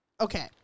Okay